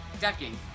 decking